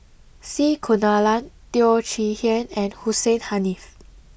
C Kunalan Teo Chee Hean and Hussein Haniff